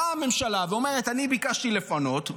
באה הממשלה ואומרת: אני ביקשתי לפנות.